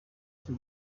cyo